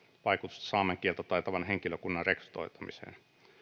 vaikutusta saamen kieltä taitavan henkilökunnan rekrytoimiseen